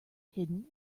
hidden